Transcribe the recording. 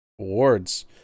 awards